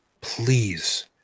Please